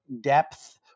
depth